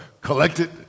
collected